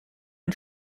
ein